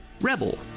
Rebel